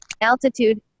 altitude